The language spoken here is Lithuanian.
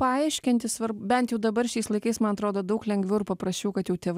paaiškinti svar bent jau dabar šiais laikais man atrodo daug lengviau ir paprasčiau kad jau tėvai